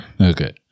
Okay